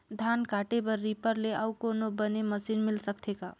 धान काटे बर रीपर ले अउ कोनो बने मशीन मिल सकथे का?